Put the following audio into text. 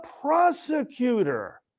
prosecutor